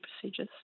procedures